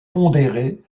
pondéré